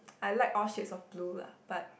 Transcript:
I like all shades of blue lah but